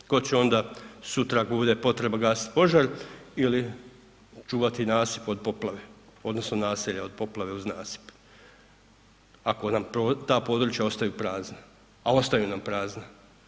A ko će onda sutra ako bude potreba, gasiti požar ili čuvat nasip od poplave odnosno naselja od poplave uz nasip ako nam ta područja ostaju prazna a ostaju na prazna?